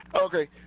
Okay